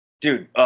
Dude